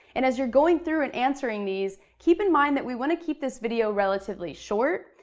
and as you're going through and answering these, keep in mind that we wanna keep this video relatively short,